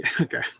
Okay